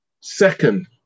Second